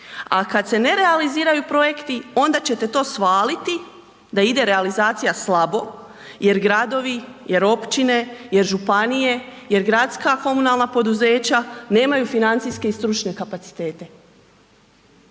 a kad se ne realiziraju projekti, onda ćete to svaliti da ide realizacija slabo jer gradovi, jer općine, jer županije, jer gradska komunalna poduzeća nemaju financijske i stručne kapacitete.